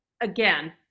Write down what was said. again